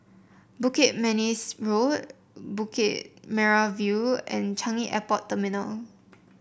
Bukit Manis Road Bukit Merah View and Changi Airport Terminal